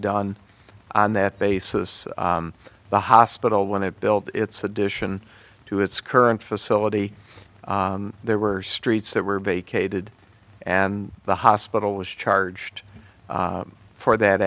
done on that basis the hospital when it built its addition to its current facility there were streets that were vacated and the hospital was charged for that